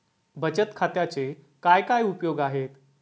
बचत खात्याचे काय काय उपयोग आहेत?